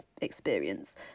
experience